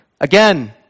again